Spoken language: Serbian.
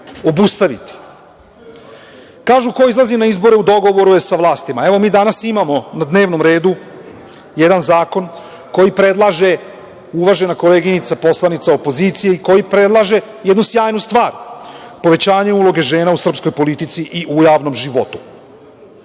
- ko izlazi na izbore, u dogovoru je sa vlastima. Evo, mi danas imamo na dnevnom redu jedan zakon koji predlaže uvažena koleginica poslanica opozicije i koji predlaže jednu sjajnu stvar - povećanje uloge žena u srpskoj politici i u javnom životu.